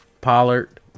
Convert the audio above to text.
Pollard